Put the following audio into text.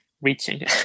reaching